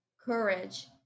courage